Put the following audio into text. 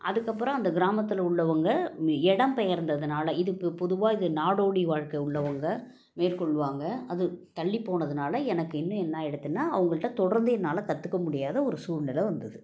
அதுக்குப்புறம் அந்த கிராமத்தில் உள்ளவங்கள் இடம் பெயர்ந்ததுனால் இதுக்கு பொதுவாக இது நாடோடி வாழ்க்கை உள்ளவங்கள் மேற்கொள்வாங்க அது தள்ளிப்போனதுனால் எனக்கு இன்னும் என்னாகிடுத்துன்னா அவங்கள்ட்ட தொடர்ந்து என்னால் கற்றுக்க முடியாத ஒரு சூழ்நிலை வந்தது